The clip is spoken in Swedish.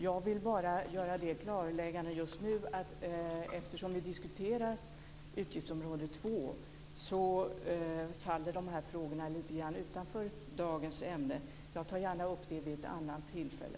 Jag vill bara just nu göra det klarläggandet att eftersom vi diskuterar utgiftsområde 2 faller dessa frågor lite utanför dagens ämne. Jag tar gärna upp dem vid ett annat tillfälle.